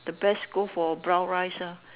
the best go for brown rice ah